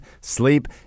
sleep